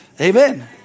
Amen